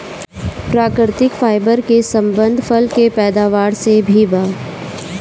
प्राकृतिक फाइबर के संबंध फल के पैदावार से भी बा